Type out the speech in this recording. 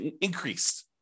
increased